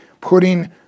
putting